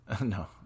no